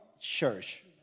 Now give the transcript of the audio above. Church